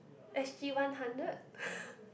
S_G one hundred